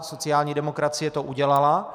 Sociální demokracie to udělala.